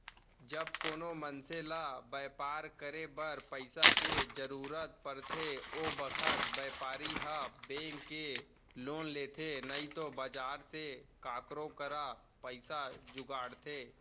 जब कोनों मनसे ल बैपार करे बर पइसा के जरूरत परथे ओ बखत बैपारी ह बेंक ले लोन लेथे नइतो बजार से काकरो करा पइसा जुगाड़थे